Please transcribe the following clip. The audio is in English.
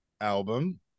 album